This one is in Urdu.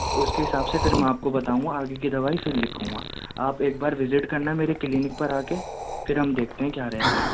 اس کے حساب سے پھر میں آپ کو بتاؤں گا آگے کی دوائی پھر لکھوں گا آپ ایک بار وزٹ کرنا میری کلینک پر آ کے پھر ہم دیکھتے ہیں کیا رہتا ہے